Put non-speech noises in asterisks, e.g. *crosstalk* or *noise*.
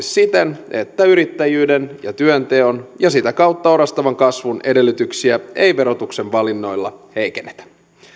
*unintelligible* siten että yrittäjyyden ja työnteon ja sitä kautta orastavan kasvun edellytyksiä ei verotuksen valinnoilla heikennetä